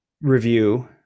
review